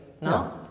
no